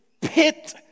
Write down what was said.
pit